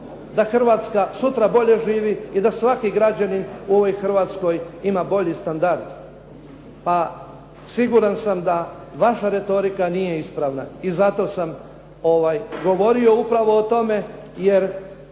Hrvatska sutra bolje živi i da svaki građanin u ovoj Hrvatskoj ima bolji standard. A siguran sam da vaša retorika nije ispravna i zato sam govorio upravo o tome, jer